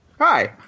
Hi